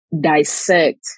dissect